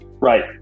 Right